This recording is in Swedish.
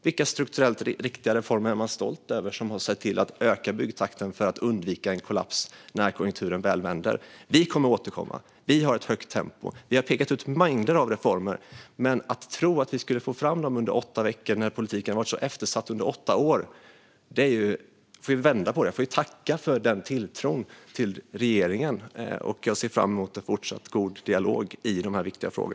Vilka riktiga strukturella reformer, som har sett till att öka byggtakten så att man kan undvika en kollaps när konjunkturen väl vänder, är man stolt över? Vi kommer att återkomma. Vi har ett högt tempo, och vi har pekat ut mängder av reformer. Men att tro att vi skulle få fram dem på åtta veckor när politiken varit så eftersatt under åtta år - ja, jag får väl vända på det och tacka för tilltron till regeringen. Jag ser fram emot en fortsatt god dialog i dessa viktiga frågor.